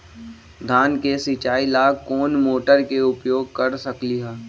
धान के सिचाई ला कोंन मोटर के उपयोग कर सकली ह?